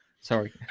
Sorry